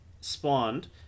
spawned